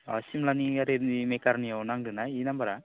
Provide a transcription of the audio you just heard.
अ सिमलानि गारिनि मेखारनियाव नांदोंना बे नाम्बारा